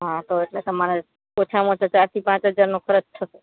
હા તો એટલે તમારે તો ઓછામાં ઓછો ચારથી પાંચ હજારનો ખર્ચ થશે